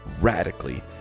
radically